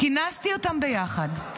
כינסתי אותם ביחד,